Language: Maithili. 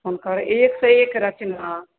हुनकर एकसँ एक रचना